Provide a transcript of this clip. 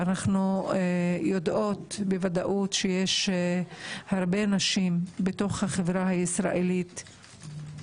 אנחנו יודעות בוודאות שיש הרבה נשים בחברה הישראלית,